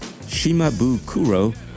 Shimabukuro